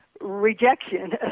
rejection